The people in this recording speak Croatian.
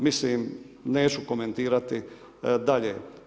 Mislim, neću komentirati dalje.